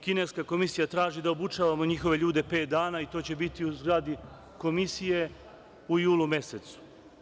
Kineska komisija traži da obučavamo njihove ljude pet dana i to će biti u zgradi komisije u julu mesecu.